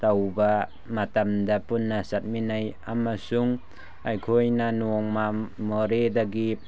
ꯇꯧꯕ ꯃꯇꯝꯗ ꯄꯨꯟꯅ ꯆꯠꯃꯤꯟꯅꯩ ꯑꯃꯁꯨꯡ ꯑꯩꯈꯣꯏꯅ ꯅꯣꯡꯃ ꯃꯣꯔꯦꯗꯒꯤ